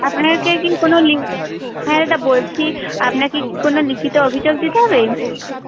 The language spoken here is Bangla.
আপনাদেরকে কি কোনো লি হ্যাঁ দাদা বলছি আপনাকে কি কোনো লিখিত অভিযোগ দিতে হবে